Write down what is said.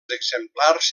exemplars